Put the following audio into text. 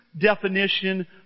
definition